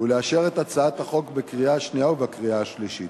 ולאשר את הצעת החוק בקריאה שנייה ובקריאה שלישית.